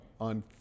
on